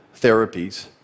therapies